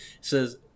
says